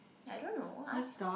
I don't know ask her